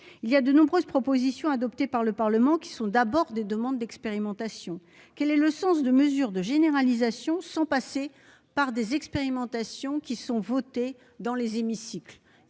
Il y a de nombreuses propositions, adoptées par le Parlement, qui sont d'abord des demandes d'expérimentation. Quel est le sens de mesures de généralisation sans passer par des expérimentations qui sont votées dans les hémicycles.